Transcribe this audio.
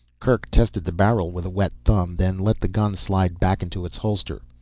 kerk tested the barrel with a wet thumb, then let the gun slide back into its holster.